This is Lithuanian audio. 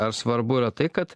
ar svarbu yra tai kad